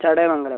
Chadayamangalam